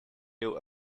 you